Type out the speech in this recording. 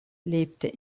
lebte